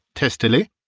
testily.